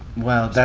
well,